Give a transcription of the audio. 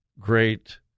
great